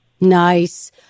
Nice